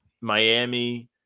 Miami